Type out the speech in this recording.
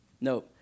No